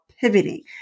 pivoting